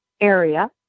area